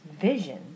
vision